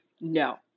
No